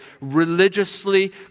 religiously